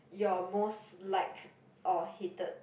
your most liked or hated